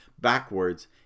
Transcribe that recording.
backwards